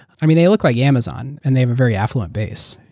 um yeah they look like amazon, and they have a very affluent base.